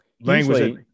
language